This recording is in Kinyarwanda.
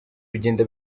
bigenda